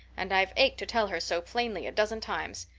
and i've ached to tell her so plainly a dozen times.